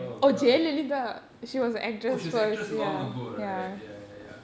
oh gosh oh she was a actress long ago right ya ya ya